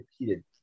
repeated